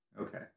Okay